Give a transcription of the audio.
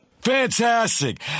Fantastic